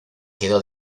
quedó